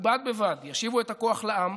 ובד בבד ישיבו את הכוח לעם,